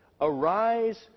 Arise